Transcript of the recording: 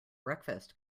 breakfast